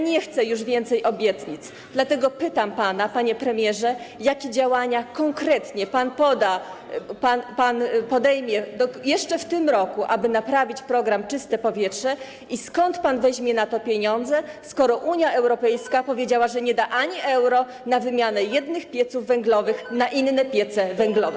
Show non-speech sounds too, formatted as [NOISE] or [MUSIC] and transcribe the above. Nie chcę już więcej obietnic, dlatego pytam pana, panie premierze: Jakie konkretnie działania pan podejmie jeszcze w tym roku, aby naprawić program „Czyste powietrze”, i skąd pan weźmie na to pieniądze, [NOISE] skoro Unia Europejska powiedziała, że nie da ani euro na wymianę jednych pieców węglowych na inne piece węglowe?